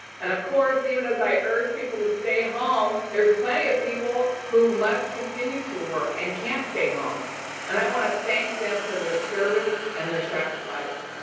and of course even as i urge people to stay home, there's plenty of people who must continue to work and can't stay home and i want to thank them for their service and their sacrifice.